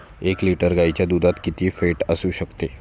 एक लिटर गाईच्या दुधात किती फॅट असू शकते?